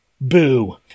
Boo